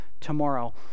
tomorrow